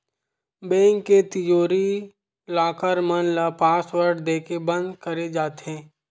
bank के तिजोरी, locker मन ल पासवर्ड देके बंद करे जाथे